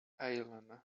eileen